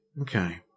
okay